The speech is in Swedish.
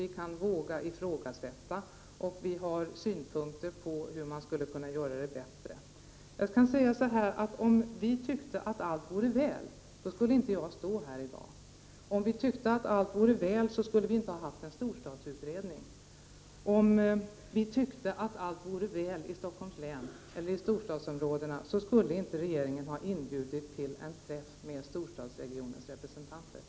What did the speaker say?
Vi vågar ifrågasätta, och vi har synpunkter på hur man skulle kunna göra det bättre. Om vi tyckte att allt vore väl, skulle jag inte stå här i dag. Om vi tyckte att allt vore väl, skulle vi inte ha haft en storstadsutredning. Om vi tyckte att allt vore väl i storstadsområdena, skulle inte regeringen ha inbjudit till en träff med storstadsregionernas representanter.